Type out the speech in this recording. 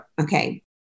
okay